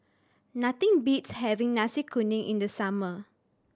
nothing beats having Nasi Kuning in the summer